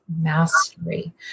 mastery